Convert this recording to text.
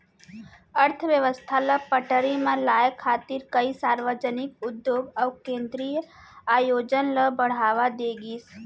अर्थबेवस्था ल पटरी म लाए खातिर कइ सार्वजनिक उद्योग अउ केंद्रीय आयोजन ल बड़हावा दे गिस